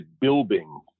building